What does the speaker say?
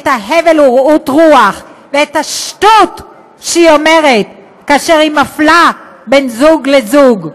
את ההבל ורעות הרוח ואת השטות שהיא אומרת כאשר היא מפלה בין זוג לזוג.